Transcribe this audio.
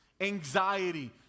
anxiety